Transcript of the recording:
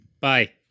Bye